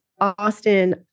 austin